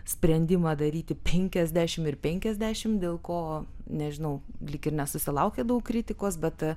sprendimą daryti penkiasdešimt ir penkiasdešimt dėl ko nežinau lyg ir nesusilaukė daug kritikos bet a